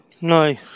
no